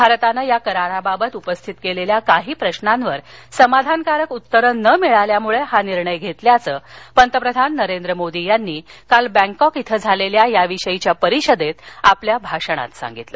भारतानं या कराराबाबत उपस्थित केलेल्या काही प्रशांवर समाधानकारक उत्तरं न मिळाल्यामुळे हा निर्णय घेतल्याचं पंतप्रधान नरेंद्र मोदी यांनी काल बँकॉक इथं झालेल्या या विषयीच्या परिषदेत आपल्या भाषणात सांगितलं